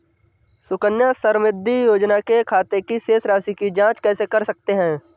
सुकन्या समृद्धि योजना के खाते की शेष राशि की जाँच कैसे कर सकते हैं?